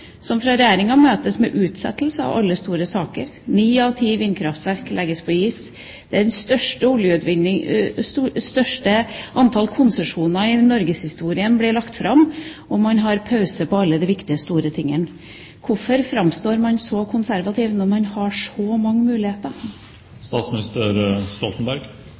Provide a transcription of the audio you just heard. som av Regjeringa møtes med utsettelse av alle store saker: Ni av ti vindkraftverk legges på is, det største antall konsesjoner i norgeshistorien ble lagt fram, og man har pause på alle de viktige, store tingene. Hvorfor framstår man så konservativ når man har så mange